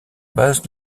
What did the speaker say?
base